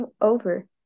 over